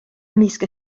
ymysg